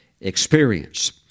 experience